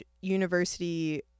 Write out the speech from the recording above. university